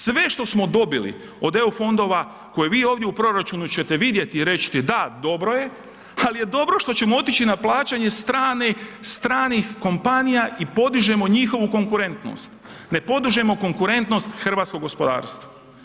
Sve što smo dobili od eu fondova koje vi ovdje u proračunu ćete vidjeti i reći ćete da, dobro je, ali je dobro što ćemo otići na plaćanje stranih kompanija i podižemo njihovu konkurentnost, ne podižemo konkurentnost hrvatskog gospodarstva.